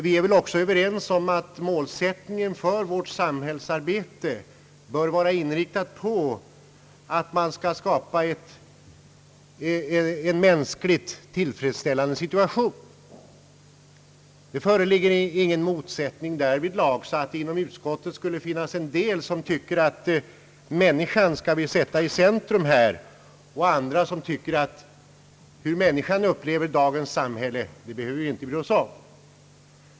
Vi är väl också överens om att målsättningen för vårt samhällsarbete bör vara inriktad på att skapa en mänskligt tillfredsställande situation. Det föreligger ingen motsättning därvidlag, så att somliga inom utskottet tycker att människan skall sättas i centrum, medan andra anser att hur människan upplever dagens samhälle behöver man inte bry sig om.